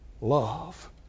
love